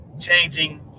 changing